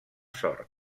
sort